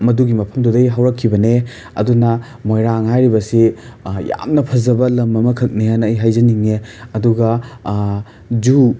ꯃꯗꯨꯒꯤ ꯃꯐꯝꯗꯨꯗꯒꯤ ꯍꯧꯔꯛꯈꯤꯕꯅꯦ ꯑꯗꯨꯅ ꯃꯣꯏꯔꯥꯡ ꯍꯥꯏꯔꯤꯕꯁꯤ ꯌꯥꯝꯅ ꯐꯖꯕ ꯂꯝ ꯑꯃꯈꯛꯅꯦ ꯍꯥꯏꯅ ꯑꯩ ꯍꯥꯏꯖꯅꯤꯡꯉꯦ ꯑꯗꯨꯒ ꯖꯨ